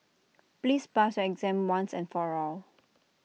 please pass your exam once and for all